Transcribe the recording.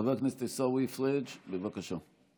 חבר הכנסת עיסאווי פריג', בבקשה.